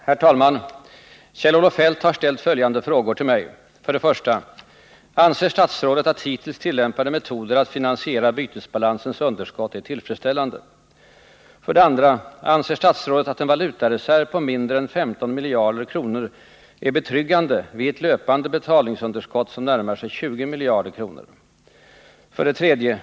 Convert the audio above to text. Herr talman! Kjell-Olof Feldt har ställt följande frågor till mig: 1. Anser statsrådet att hittills tillämpade metoder att finansiera bytesbalansens underskott är tillfredsställande? 2. Anserstatsrådet att en valutareserv på mindre än 15 miljarder kronor är betryggande vid ett löpande betalningsunderskott som närmar sig 20 miljarder kronor? 3.